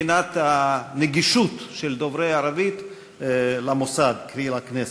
מבחינת הנגישות של דוברי ערבית למוסד, קרי לכנסת.